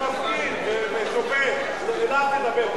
לציבור שמפגין ושובת, אליו תדבר.